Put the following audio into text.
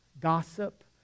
gossip